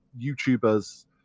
YouTubers